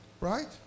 right